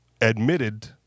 admitted